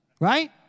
Right